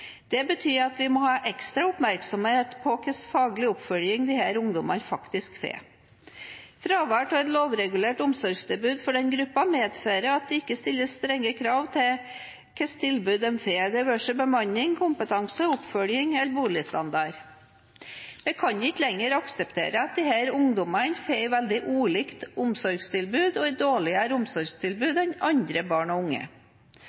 Det betyr at vi må ha ekstra oppmerksomhet på hva slags faglig oppfølging disse ungdommene faktisk får. Fravær av et lovregulert omsorgstilbud for denne gruppa medfører at det ikke stilles strenge krav til hvilket tilbud de får, det være seg bemanning, kompetanse, oppfølging eller boligstandard. En kan ikke lenger akseptere at disse ungdommene får et veldig ulikt omsorgstilbud og et dårligere omsorgstilbud enn andre barn og unge.